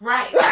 Right